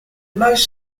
most